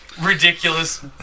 ridiculous